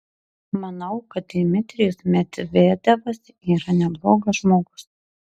manau kad dmitrijus medvedevas yra neblogas žmogus